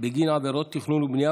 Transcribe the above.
בגין עבירות תכנון ובנייה,